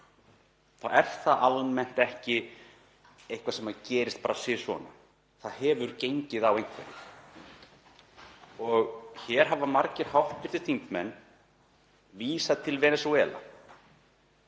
þá er það almennt ekki eitthvað sem gerist bara sisvona. Það hefur gengið á einhverju. Hér hafa margir hv. þingmenn vísað til Venesúela